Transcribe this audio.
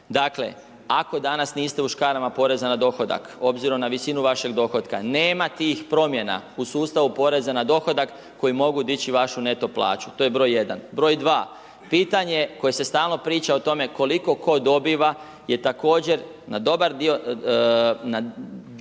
dakle, ako danas niste u škarama poreza na dohodak, obzirom na visinu vašeg dohotka, nema tih promjena u sustavu poreza na dohodak koji mogu dići vašu netu plaću, to je broj jedan Broj 2, pitanje koje se stalno priča o tome koliko tko dobiva je također na dobar dio, ja bih